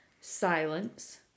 silence